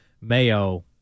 Mayo